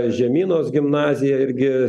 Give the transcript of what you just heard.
žemynos gimnazija irgi